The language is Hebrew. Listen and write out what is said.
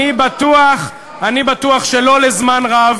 אני בטוח שלא לזמן רב.